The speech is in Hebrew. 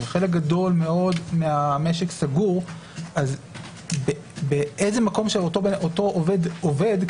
וחלק גדול מאוד מהמשק סגור אז באיזה מקום שאותו עובד עובד,